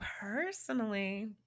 personally